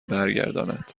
برگرداند